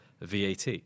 VAT